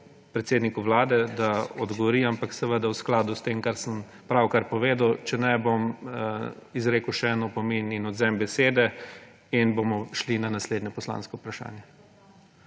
predsedniku Vlade, da odgovori, ampak seveda v skladu s tem, kar sem pravkar povedal, če ne, bom izrekel še en opomin in odvzem besede in bomo šli na naslednje poslansko vprašanje.